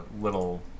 little